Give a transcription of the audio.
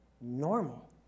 normal